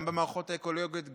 גם במערכות האקולוגיות,